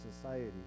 society